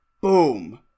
boom